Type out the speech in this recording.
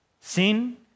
Sin